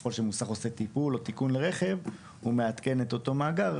ככל שהמוסך עושה טיפול או תיקון לרכב הוא מעדכן את אותו המאגר,